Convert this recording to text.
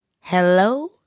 Hello